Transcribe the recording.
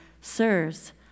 sirs